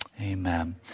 Amen